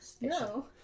No